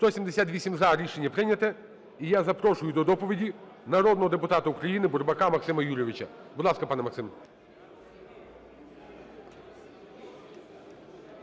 За-178 Рішення прийнято. І я запрошую до доповіді народного депутата України Бурбака Максима Юрійовича. Будь ласка, пане Максим.